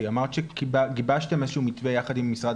כי אמרת שגיבשתם איזשהו מתווה יחד עם משרד